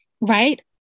right